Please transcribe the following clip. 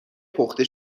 پخته